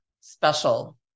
special